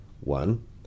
one